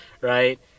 Right